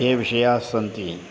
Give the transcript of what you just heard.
ये विषयाः सन्ति